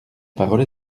parole